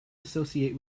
associate